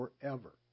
forever